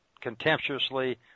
contemptuously